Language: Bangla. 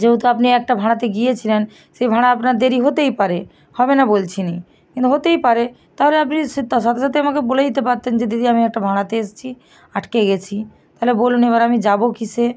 যেহতু আপনি একটা ভাড়াতে গিয়েছিলেন সে ভাড়া আপনার দেরি হতেই পারে হবে না বলছি নি কিন্তু হতেই পারে তাহলে আপনি সে তার সাথে সাথে আমাকে বলে দিতে পারতেন যে দিদি আমি একটা ভাড়াতে এসছি আটকে গেছি তালে বলুন এবার আমি যাবো কীসে